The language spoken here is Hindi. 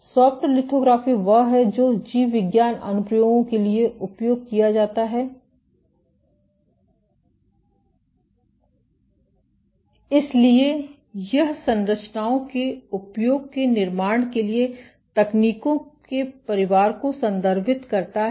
सॉफ्ट लिथोग्राफी वह है जो जीव विज्ञान अनुप्रयोगों के लिए उपयोग किया जाता है इसलिए यह संरचनाओं के उपयोग के निर्माण के लिए तकनीकों के परिवार को संदर्भित करता है